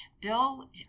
Bill